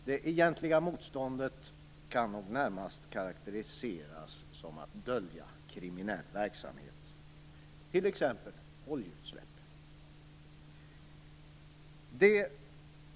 Det egentliga motståndet kan nog närmast karakteriseras som ett döljande av kriminell verksamhet, t.ex. oljeutsläpp.